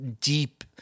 deep